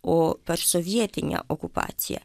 o per sovietinę okupaciją